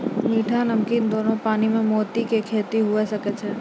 मीठा, नमकीन दोनो पानी में मोती के खेती हुवे सकै छै